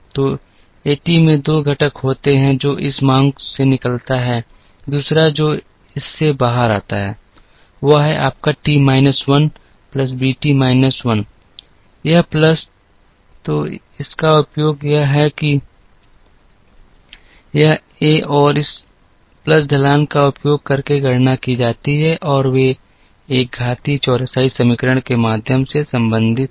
तो एक टी में 2 घटक होते हैं एक जो इस मांग से निकलता है दूसरा जो इस से बाहर आता है वह है आपका T minus 1 plus B T minus 1 यह प्लस तो इसका उपयोग यह है कि यह एक और इस प्लस ढलान का उपयोग करके गणना की जाती है और वे एक घातीय चौरसाई समीकरण के माध्यम से संबंधित हैं